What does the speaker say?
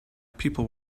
people